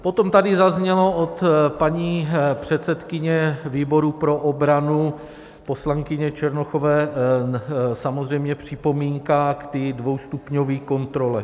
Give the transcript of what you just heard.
Potom tady zazněla od paní předsedkyně výboru pro obranu poslankyně Černochové samozřejmě připomínka k té dvoustupňové kontrole.